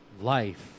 Life